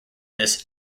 this